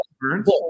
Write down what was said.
Burns